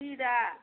खीरा